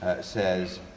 says